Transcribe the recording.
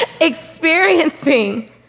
Experiencing